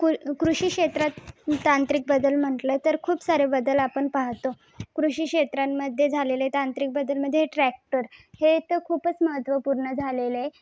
कृ कृषीक्षेत्रात तांत्रिक बदल म्हटलं तर खूप सारे बदल आपण पाहतो कृषीक्षेत्रांमध्ये झालेले तांत्रिक बदलमध्ये ट्रॅक्टर हे तर खूपच महत्त्वपूर्ण झालेलं आहे